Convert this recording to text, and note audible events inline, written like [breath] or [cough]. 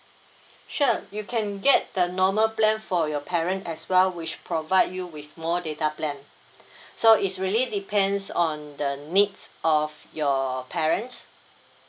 sure you can get the normal plan for your parent as well which provide you with more data plan [breath] so is really depends on the needs of your parents